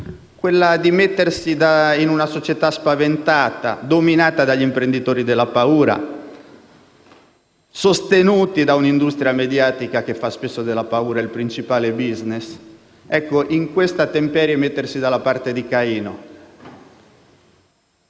quella di mettersi, in una società spaventata, dominata dagli imprenditori della paura, sostenuti da un'industria mediatica che fa spesso della paura il principale *business*, ecco, in questa temperie, mettersi dalla parte di Caino.